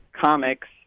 comics